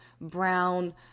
brown